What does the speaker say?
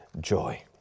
joy